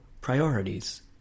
priorities